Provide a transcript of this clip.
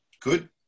Good